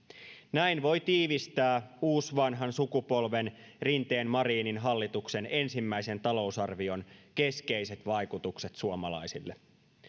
näin voi tiivistää uusvanhan sukupolven rinteen marinin hallituksen ensimmäisen talousarvion keskeiset vaikutukset suomalaisille